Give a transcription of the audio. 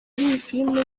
filime